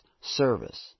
service